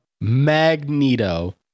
Magneto